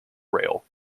rail